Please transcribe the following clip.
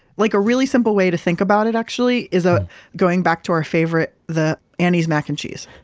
like a really simple way to think about it actually, is ah going back to our favorite, the annie's mac and cheese,